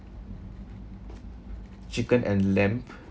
chicken and lamb